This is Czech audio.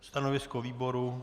Stanovisko výboru?